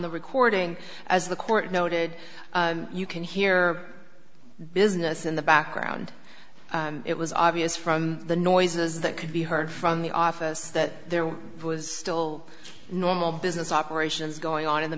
the recording as the court noted you can hear business in the background and it was obvious from the noises that could be heard from the office that there was still normal business operations going on in the